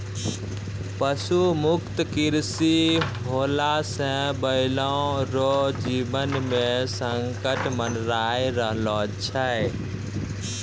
पशु मुक्त कृषि होला से बैलो रो जीवन मे संकट मड़राय रहलो छै